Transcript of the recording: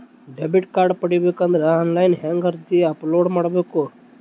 Debit card ಪಡಿಬೇಕು ಅಂದ್ರ online ಹೆಂಗ್ ಅರ್ಜಿ ಅಪಲೊಡ ಮಾಡಬೇಕು?